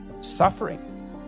suffering